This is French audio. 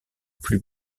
plus